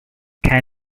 can